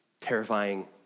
terrifying